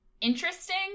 interesting